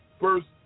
first